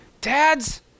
Dads